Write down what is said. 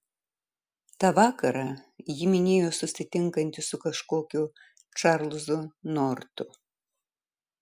tą vakarą ji minėjo susitinkanti su kažkokiu čarlzu nortu